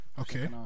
Okay